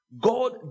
God